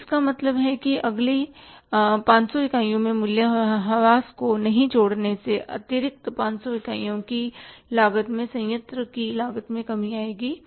तो इसका मतलब है कि अगले 500 इकाइयों में मूल्य हास को नहीं जोड़ने से अतिरिक्त 500 इकाइयों की लागत मैं संयंत्र की लागत में कमी आएगी